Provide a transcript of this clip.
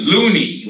Loony